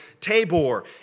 Tabor